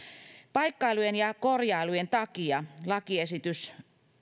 paikkailujen ja korjailujen takia lakiesitys